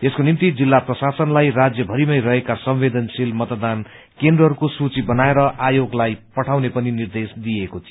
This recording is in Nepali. यसको निम्ति जिल्ला प्रशासनलाई राज्यभरिमै रहेका संवेदनशील मतदान केन्द्रहरूको सूची बनाएर आयोगलाई पठाउने पनि निर्देश दिइएको थियो